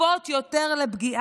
חשופות יותר לפגיעה.